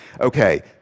Okay